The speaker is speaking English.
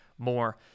more